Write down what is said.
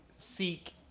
Seek